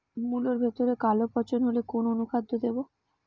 মুলোর ভেতরে কালো পচন হলে কোন অনুখাদ্য দেবো?